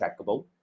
trackable